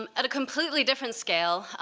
um at a completely different scale,